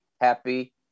happy